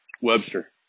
Webster